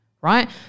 right